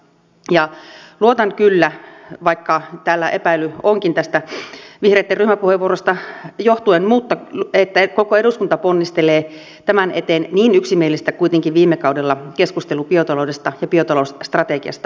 ja luotan kyllä vaikka täällä epäily onkin tästä vihreitten ryhmäpuheenvuorosta johtuen että koko eduskunta ponnistelee tämän eteen niin yksimielistä viime kaudella keskustelu biotaloudesta ja biotalousstrategiasta kuitenkin oli